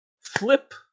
flip